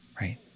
Right